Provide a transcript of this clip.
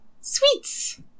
sweets